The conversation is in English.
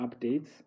updates